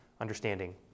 understanding